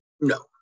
No